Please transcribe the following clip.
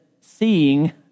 seeing